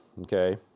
okay